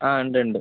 ആ ഉണ്ട് ഉണ്ട്